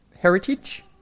heritage